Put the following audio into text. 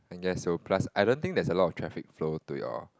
I guess so plus I don't think there's a lot of traffic flow to your